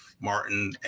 Martin